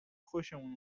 خوشمون